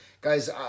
Guys